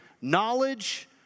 knowledge